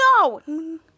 No